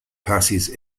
passes